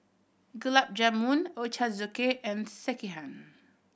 Gulab Jamun Ochazuke and Sekihan